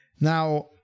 now